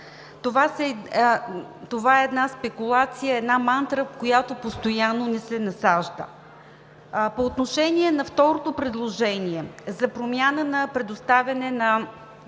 Това е една спекулация, една мантра, която постоянно ни се насажда. По отношение на второто предложение – за промяна на предоставяне на